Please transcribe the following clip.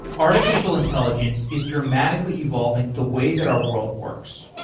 artificial intelligence is dramatically evolving the way that our world works,